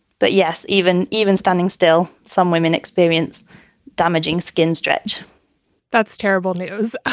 but yes, even even standing still. some women experienced damaging skin stretch that's terrible news.